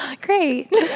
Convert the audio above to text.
Great